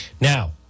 Now